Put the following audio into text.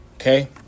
Okay